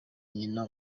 nyina